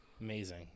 Amazing